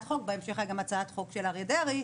בהמשך היה גם הצעת חוק של אריה דרעי.